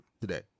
today